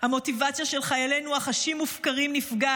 המוטיבציה של חיילינו החשים מופקרים, נפגעת,